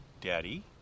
daddy